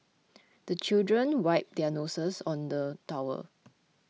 the children wipe their noses on the towel